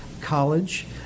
college